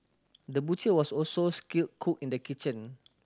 the butcher was also skilled cook in the kitchen